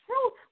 truth